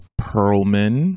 Perlman